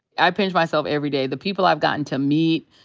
i pinch myself every day. the people i've gotten to meet.